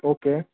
okay